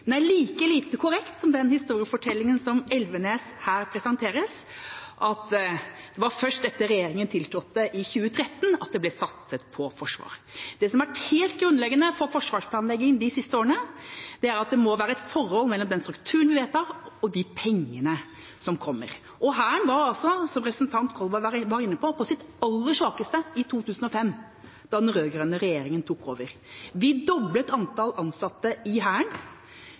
like lite korrekt som den historiefortellingen Elvenes presenterte, at det først etter at denne regjeringa tiltrådte, i 2013, ble satset på forsvar. Det som har vært helt grunnleggende for forsvarsplanleggingen de siste årene, er at det må være et forhold mellom den strukturen vi vedtar, og de pengene som kommer. Hæren var – som representanten Kolberg var inne på – på sitt aller svakeste i 2005, da den rød-grønne regjeringa tok over. Den rød-grønne regjeringa doblet antall ansatte i Hæren